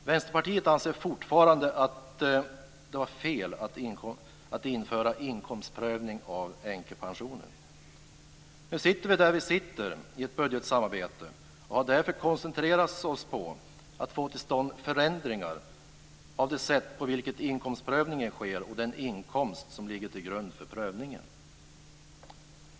Vänsterpartiet anser fortfarande att det var fel att införa inkomstprövning av änkepensionen. Nu sitter vi där vi sitter i ett budgetsamarbete och har därför koncentrerat oss på att få till stånd förändringar av det sätt på vilket inkomstprövningen sker och den inkomst som ligger till grund för prövningen.